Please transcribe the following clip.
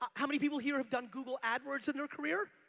um how many people here have done google adwords in her career?